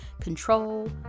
control